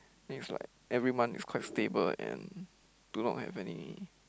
then it's like every month is quite stable and do not have any